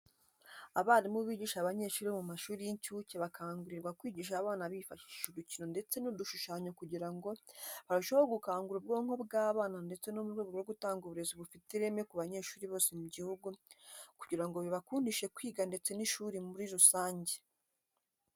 Abarimu bigisha abanyeshuri bo mu mashuri y'inshuke bakangurirwa kwigisha abana bifashishije udukino ndetse n'udushushanyo kugira ngo barusheho gukangura ubwonko bw'abana ndetse no mu rwego rwo gutanga uburezi bufite ireme ku banyeshuri bose mu gihugu kugira ngo bibakundishe kwiga ndetse n'ishuri muri rusange.